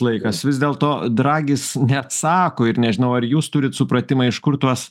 laikas vis dėl to dragis neatsako ir nežinau ar jūs turit supratimą iš kur tuos